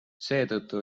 seetõttu